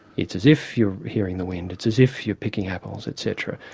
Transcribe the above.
it's as if you're hearing the wind, it's as if you're picking apples, etc.